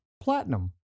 platinum